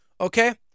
Okay